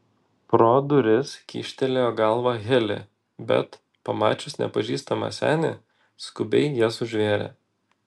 pro duris kyštelėjo galvą heli bet pamačius nepažįstamą senį skubiai jas užvėrė